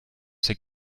c’est